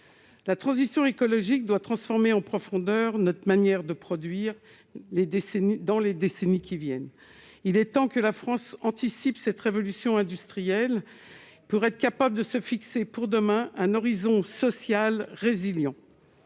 la transition écologique doit transformer en profondeur notre manière de produire les décennies dans les décennies qui viennent, il est temps que la France anticipe cette révolution industrielle pour être capable de se fixer pour demain un horizon social résiliant